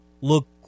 look